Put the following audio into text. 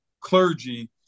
clergy